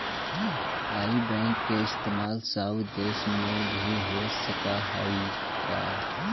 आई बैन के इस्तेमाल आउ देश में भी हो सकऽ हई का?